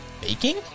Baking